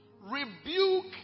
rebuke